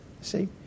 see